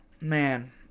man